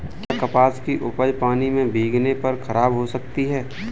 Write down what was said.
क्या कपास की उपज पानी से भीगने पर खराब हो सकती है?